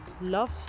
love